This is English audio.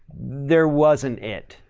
there wasn't it?